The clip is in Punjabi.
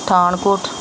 ਪਠਾਨਕੋਟ